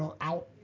out